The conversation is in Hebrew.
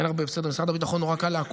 אין הרבה, בסדר, משרד הביטחון, קל נורא לעקוב.